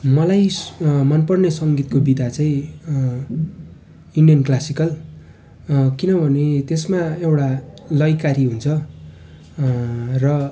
मलाई मनपर्ने सङ्गीतको विधा चाहिँ इन्डियन क्लासिकल किनभने त्यसमा एउटा लयकारी हुन्छ र